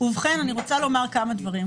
אני רוצה לומר כמה דברים.